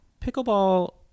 pickleball